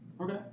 Okay